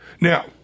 Now